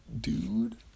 dude